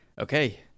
okay